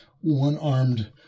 one-armed